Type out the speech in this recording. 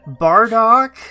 Bardock